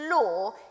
law